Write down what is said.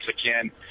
again